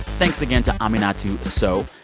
thanks again to aminatou sow.